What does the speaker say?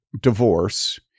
divorce